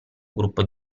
gruppo